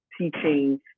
teaching